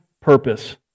purpose